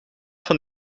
van